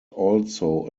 also